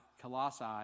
Colossae